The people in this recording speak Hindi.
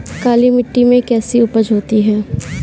काली मिट्टी में कैसी उपज होती है?